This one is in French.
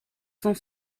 sont